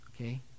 okay